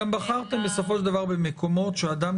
גם בחרתם בסופו של דבר במקומות שאדם,